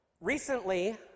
Recently